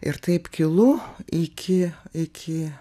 ir taip kilų iki iki